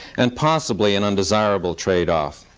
and possibly an undesirable trade-off.